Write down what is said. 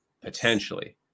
potentially